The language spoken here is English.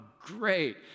great